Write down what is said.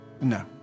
No